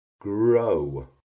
grow